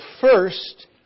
first